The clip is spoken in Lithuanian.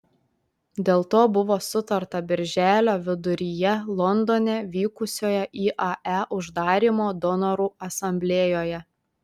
dėl to buvo sutarta birželio viduryje londone vykusioje iae uždarymo donorų asamblėjoje